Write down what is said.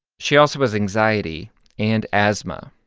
she also has anxiety and asthma,